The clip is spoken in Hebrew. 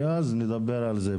כי אז נדבר על זה.